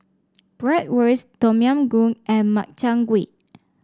Bratwurst Tom Yam Goong and Makchang Gui